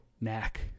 Knack